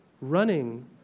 Running